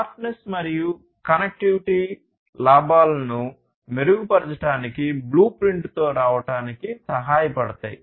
smartness మరియు connectivity లాభాలను మెరుగుపరచడానికి బ్లూప్రింట్తో రావడానికి సహాయపడతాయి